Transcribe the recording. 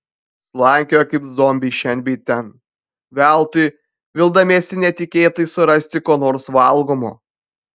slankiojo kaip zombiai šen bei ten veltui vildamiesi netikėtai surasti ko nors valgomo